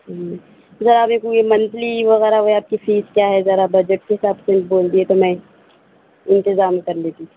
ہوں ذرا بھی پورے منتھلی وغیرہ کا فیس کیا ہے ذرا بجٹ کے حساب سے بول دیے تو میں انتظام کر لیتی